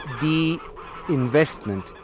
de-investment